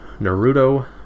Naruto